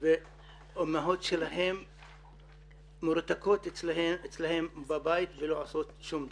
והאימהות שלהם מרותקות לבית ולא עושות שום דבר.